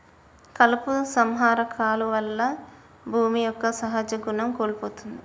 కలుపు సంహార కాలువల్ల భూమి యొక్క సహజ గుణం కోల్పోతుంది